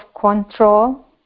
control